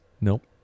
Nope